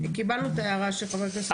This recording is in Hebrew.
קיבלנו את ההערה של חבר הכנסת מוסי רז.